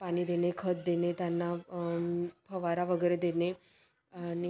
पाणी देणे खत देणे त्यांना फवारा वगैरे देणे आणि